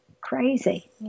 crazy